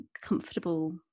comfortable